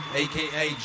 aka